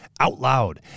OUTLOUD